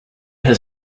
has